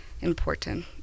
important